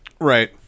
right